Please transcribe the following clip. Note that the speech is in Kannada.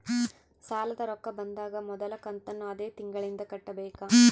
ಸಾಲದ ರೊಕ್ಕ ಬಂದಾಗ ಮೊದಲ ಕಂತನ್ನು ಅದೇ ತಿಂಗಳಿಂದ ಕಟ್ಟಬೇಕಾ?